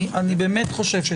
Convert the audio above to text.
אני באמת חושב.